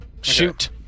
Shoot